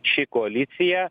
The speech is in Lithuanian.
ši koalicija